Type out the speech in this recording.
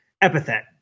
epithet